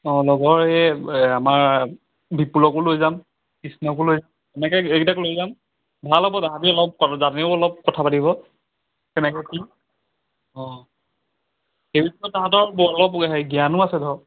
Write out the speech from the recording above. অঁ লগৰ হেই আমাৰ বিপুলকো লৈ যাম কৃষ্ণকো লৈ যাম এনেকে এইকেইটাক লৈ যাম ভাল হ'ব তাহাঁতি অলপ জানেও অলপ কথা পাতিব কেনেকুৱা কি অঁ সেইবিষয়ে তাহাঁতক অলপ হেৰি জ্ঞানো আছে ধৰ